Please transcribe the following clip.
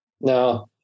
Now